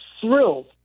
thrilled